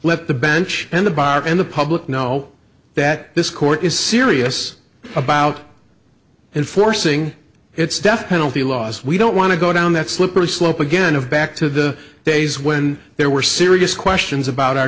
let the bench and the bar and the public know that this court is serious about enforcing its death penalty laws we don't want to go down that slippery slope again of back to the days when there were serious questions about our